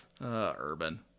Urban